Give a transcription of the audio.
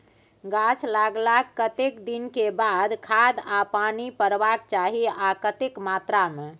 गाछ लागलाक कतेक दिन के बाद खाद आ पानी परबाक चाही आ कतेक मात्रा मे?